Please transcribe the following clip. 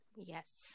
Yes